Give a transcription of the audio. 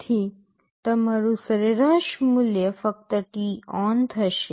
તેથી તમારું સરેરાશ મૂલ્ય ફક્ત t on થશે